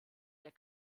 der